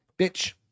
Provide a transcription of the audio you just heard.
Bitch